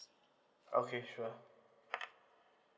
okay sure